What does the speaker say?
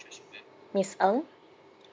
miss ng